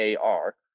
AR